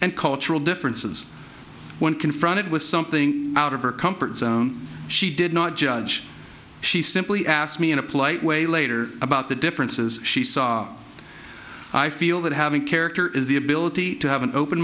and cultural differences when confronted with something out of her comfort zone she did not judge she simply asked me in a polite way later about the differences she saw i feel that having a character is the ability to have an open